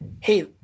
Hey